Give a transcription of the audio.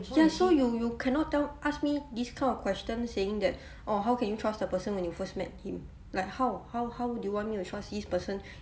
ya so you you cannot tell ask me this kind of question saying that orh how can you trust the person when you first met him like how how how do you want me to trust this person